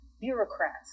bureaucrats